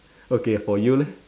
okay for you leh